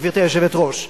גברתי היושבת-ראש,